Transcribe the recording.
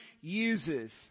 uses